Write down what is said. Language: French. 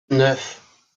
neuf